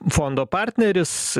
fondo partneris